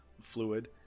fluid